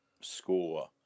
score